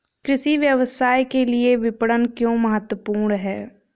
कृषि व्यवसाय के लिए विपणन क्यों महत्वपूर्ण है?